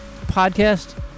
podcast